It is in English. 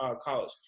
college